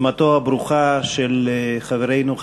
יוזמתו הברוכה של חברנו,